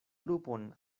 lupon